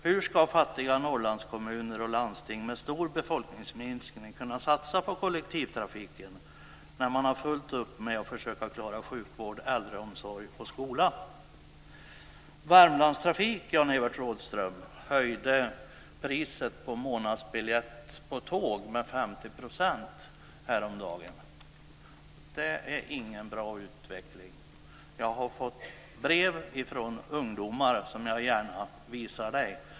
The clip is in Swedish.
Hur ska fattiga Norrlandskommuner och landsting med stor befolkningsminskning kunna satsa på kollektivtrafiken när man har fullt upp med att försöka klara sjukvård, äldreomsorg och skola? Det är ingen bra utveckling. Jag har fått brev från ungdomar som jag gärna visar.